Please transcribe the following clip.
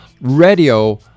Radio